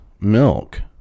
milk